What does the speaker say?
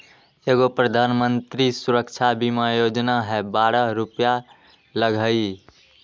एगो प्रधानमंत्री सुरक्षा बीमा योजना है बारह रु लगहई?